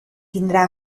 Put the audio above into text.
tindrà